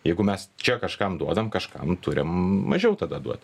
jeigu mes čia kažkam duodam kažkam turim mažiau tada duot